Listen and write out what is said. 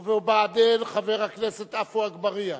ו"בעדין", חבר הכנסת עפו אגבאריה,